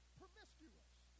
promiscuous